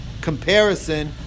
comparison